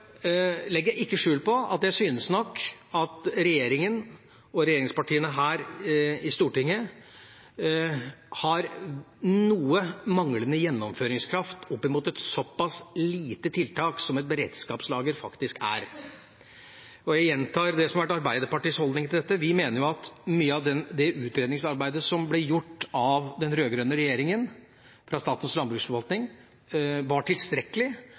legger jeg ikke skjul på at jeg syns at regjeringa og regjeringspartiene her i Stortinget har noe manglende gjennomføringskraft når det gjelder et såpass lite tiltak som et beredskapslager faktisk er. Jeg gjentar det som har vært Arbeiderpartiets holdning til dette: Vi mener at mye av det utredningsarbeidet som ble gjort for den rød-grønne regjeringa av Statens landbruksforvaltning var tilstrekkelig,